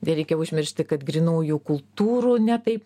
nereikia užmiršti kad grynųjų kultūrų ne taip